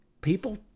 people